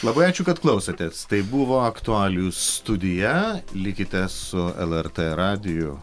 labai ačiū kad klausotės tai buvo aktualijų studija likite su lrt radiju